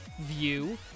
view